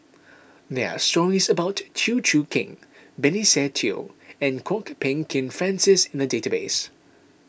there are stories about Chew Choo Keng Benny Se Teo and Kwok Peng Kin Francis in the database